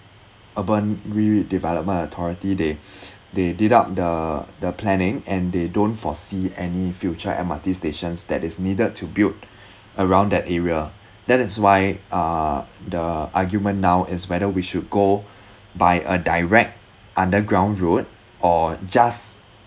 urban re~ redevelopment authority they they did up the the planning and they don't foresee any future M_R_T stations that is needed to build around that area that is why uh the argument now is whether we should go by a direct underground road or just